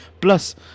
plus